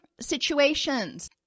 situations